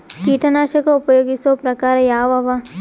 ಕೀಟನಾಶಕ ಉಪಯೋಗಿಸೊ ಪ್ರಕಾರ ಯಾವ ಅವ?